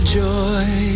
joy